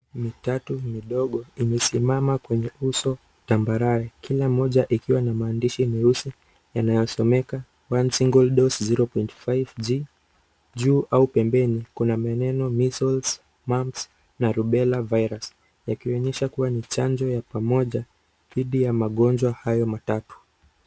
Mitatu midogo imesimama kwenye uso tambarare kila moja ikiwa na maandishi meusi yanasomeka " One single dose 0.5g ". Juu au pembeni kuna maneno " Measles Mumps na Rubella virus yakionyesha kuwa ni chanjo ya pamoja dhidi ya magonjwa hayo matatu.